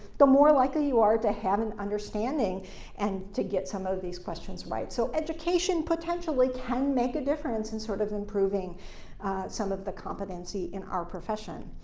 the more likely you are to have an understanding and to get some of these questions right. so education, potentially, can make a difference in sort of improving some of the competency in our profession.